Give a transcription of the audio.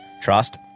trust